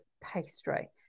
pastry